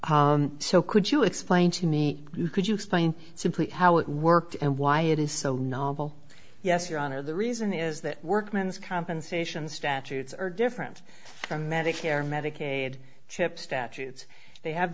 so could you explain to me could you explain simply how it worked and why it is so novel yes your honor the reason is that workman's compensation statutes are different from medicare medicaid chip statutes they have